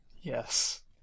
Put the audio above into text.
Yes